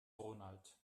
ronald